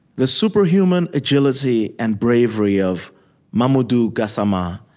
the superhuman agility and bravery of mamadou gassama,